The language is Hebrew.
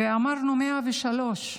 ואמרנו 103,